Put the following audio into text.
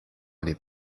les